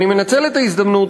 אני מנצל את ההזדמנות,